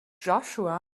joshua